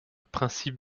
principe